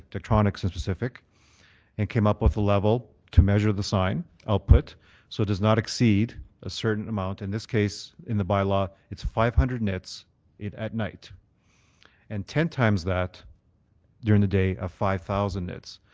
electronics in specific and came up with a level to measure the sign output so it does not exceed a certain amount in this case in the bylaw, it's five hundred knits at night and ten times that during the day of five thousand knits.